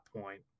point